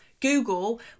Google